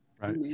Right